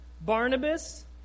Barnabas